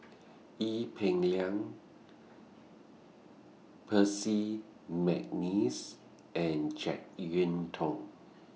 Ee Peng Liang Percy Mcneice and Jek Yeun Thong